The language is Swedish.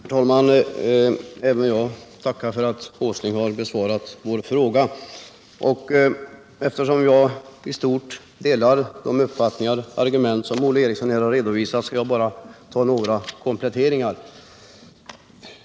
Herr talman! Även jag tackar för att Nils Åsling har besvarat våra frågor. Eftersom jag i stort delar den uppfattning och instämmer i de argument som Olle Eriksson har redovisat skall jag bara göra några kompletteringar.